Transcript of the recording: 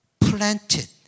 planted